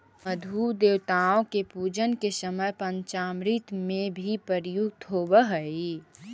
मधु देवताओं के पूजन के समय पंचामृत में भी प्रयुक्त होवअ हई